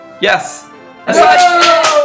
Yes